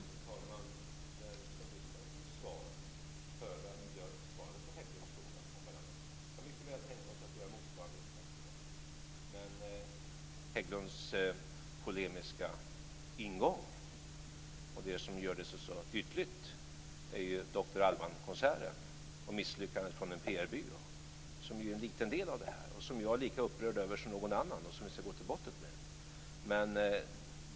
Herr talman! Den som lyssnade på mitt svar hörde att jag svarade på Hägglunds fråga om Mellanöstern. Vi kan mycket väl tänka oss att göra motsvarande insatser där men Hägglunds polemiska ingång och det som gör det så ytligt är Doktor Alban-konserten och misslyckandet från en PR-byrå, som ju är en liten del av det här, som jag är lika upprörd över som någon annan och som vi ska gå till botten med.